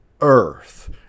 earth